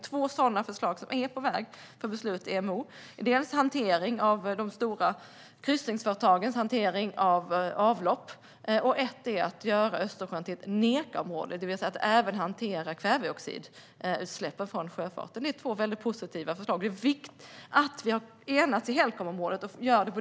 Två sådana förslag som är på väg för beslut i IMO är dels hanteringen av de stora kryssningsföretagens hantering av avlopp, dels att göra Östersjön till ett NECA-mål, det vill säga att även hantera kväveoxidutsläppen från sjöfarten. Det är två mycket positiva förslag. Det är viktigt att vi har enats i Helcomområdet.